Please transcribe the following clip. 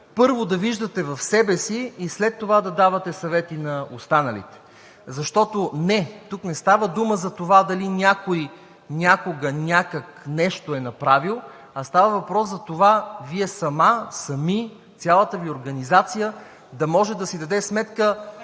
който да виждате себе си, и след това да давате съвети на останалите. Защото тук не става дума за това дали някой някак си нещо е направил, а става въпрос за това Вие самите, цялата Ви организация да може да си даде сметка